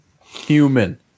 human